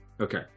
Okay